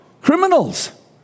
Criminals